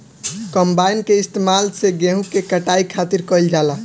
combine के इस्तेमाल से गेहूँ के कटाई खातिर कईल जाला